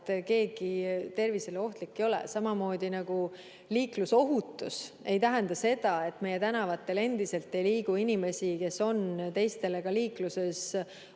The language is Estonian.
et keegi tervisele ohtlik ei ole, samamoodi nagu liiklusohutus ei tähenda seda, et meie tänavatel ei liigu inimesi, kes on teistele liikluses ohtlikud.